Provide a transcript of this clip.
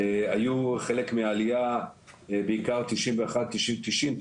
היו חלק מהעלייה, בעיקר 90-91,